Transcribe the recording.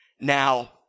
Now